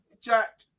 Jack